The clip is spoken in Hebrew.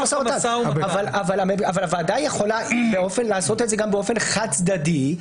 אבל הוועדה יכולה לעשות את זה באופן עקרוני גם באופן חד-צדדי,